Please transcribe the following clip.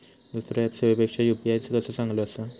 दुसरो ऍप सेवेपेक्षा यू.पी.आय कसो चांगलो हा?